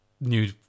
new